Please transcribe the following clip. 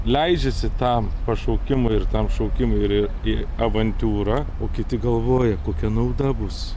leidžiasi tam pašaukimui ir tam šaukimui ir ir į avantiūrą o kiti galvoja kokia nauda bus